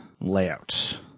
layout